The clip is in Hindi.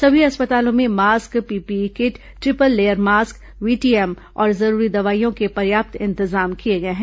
सभी अस्पतालों में mask PPE kit triple layer mask VTM और जरूरी दवाइयों के पर्याप्त इंतजाम किए गए हैं